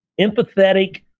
empathetic